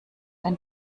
ein